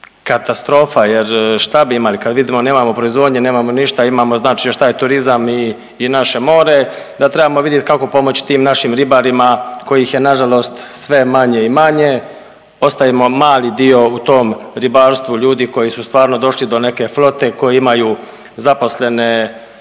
baš katastrofa jer šta bi imali. Kad vidimo nemamo proizvodnje, nemamo ništa imamo znači još taj turizam i naše more, da trebamo vidjeti kako pomoći tim našim ribarima kojih je nažalost sve manje i manje. Ostajemo mali dio u tom ribarstvu ljudi koji su stvarno došli do neke flote koji imaju zaposlene